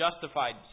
justified